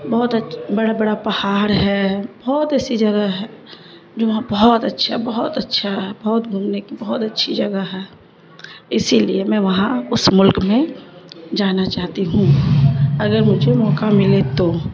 بہت بڑا بڑا پہاڑ ہے بہت ایسی جگہ ہے جو وہاں بہت اچھا بہت اچھا ہے بہت گھومنے کی بہت اچھی جگہ ہے اسی لیے میں وہاں اس ملک میں جانا چاہتی ہوں اگر مجھے موقع ملے تو